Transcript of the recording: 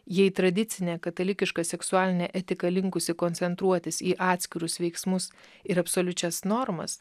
jei tradicinė katalikiška seksualinė etika linkusi koncentruotis į atskirus veiksmus ir absoliučias normas